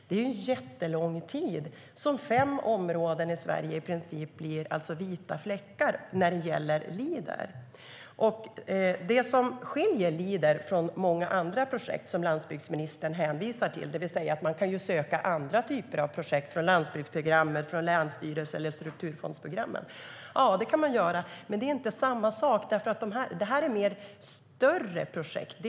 Det är alltså under jättelång tid som fem områden i Sverige i princip kommer att vara vita fläckar när det gäller Leader. Landsbygdsministern hänvisar till att man kan söka andra typer av projekt från landsbygdsprogrammet, länsstyrelsen eller strukturfondsprogrammen. Ja, det kan man göra. Men det är inte samma sak. Det som skiljer Leader från många andra projekt är att de projekten är större.